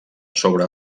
sobre